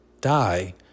die